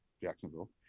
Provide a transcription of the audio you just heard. Jacksonville